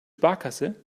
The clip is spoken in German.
sparkasse